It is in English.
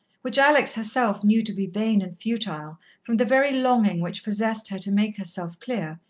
which alex herself knew to be vain and futile from the very longing which possessed her to make herself clear,